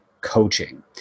coaching